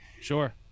sure